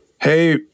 hey